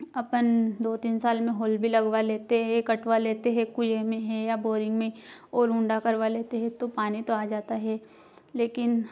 अपन दो तीन साल में होल भी लगवा लेते है कटवा लेते है कुए में है या बोरिंग में और हुंडा करवा लेते है तो पानी तो आ जाता है लेकिन